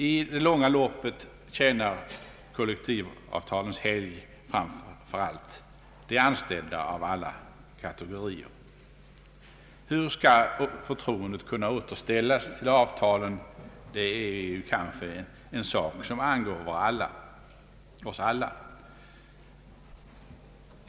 I det långa loppet tjänar kollektivavtalens helgd de anställda framför andra kategorier. Hur skall förtroen det till avtalen kunna återställas? Det är en sak som angår oss alla.